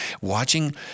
watching